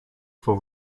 for